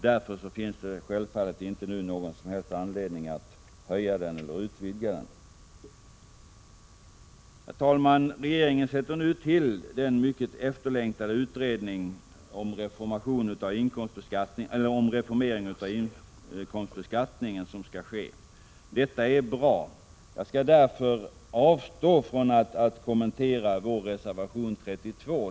Därför finns det självfallet inte nu någon som helst anledning att höja eller utvidga den. Herr talman! Regeringen sätter nu till den mycket efterlängtade utredningen om den reformering av inkomstbeskattningen som skall ske. Detta är bra. Jag skall därför avstå från att kommentera vår reservation 32.